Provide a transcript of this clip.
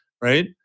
right